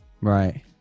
Right